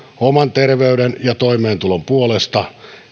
oman terveyden ja toimeentulon puolesta